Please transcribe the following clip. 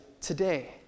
today